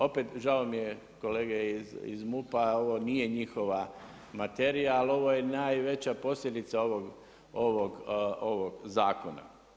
Opet žao mi je kolege iz MUP-a, ovo nije njihova materija, ali ovo je najveća posljedica ovog zakona.